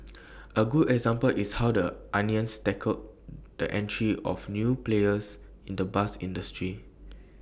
A good example is how the onions tackled the entry of new players in the bus industry